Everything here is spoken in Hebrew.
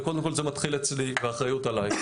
וקודם כל זה מתחיל אצלי והאחריות עליי.